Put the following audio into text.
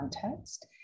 context